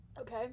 Okay